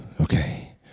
Okay